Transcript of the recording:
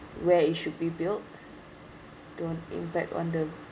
where it should be built to impact on the